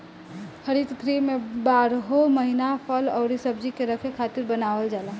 हरित गृह में बारहो महिना फल अउरी सब्जी के रखे खातिर बनावल जाला